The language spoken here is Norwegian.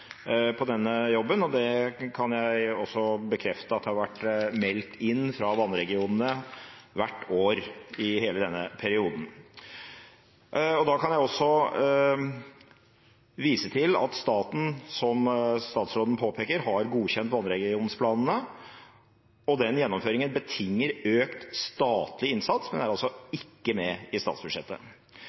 denne jobben, og det kan jeg også bekrefte at har vært meldt inn fra vannregionene hvert år i hele denne perioden. Jeg kan også vise til at staten, som statsråden påpeker, har godkjent vannregionsplanene. Den gjennomføringen betinger økt statlig innsats, men er altså ikke med i statsbudsjettet.